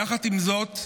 יחד עם זאת,